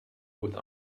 with